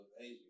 Asia